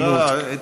אני, לא, לא.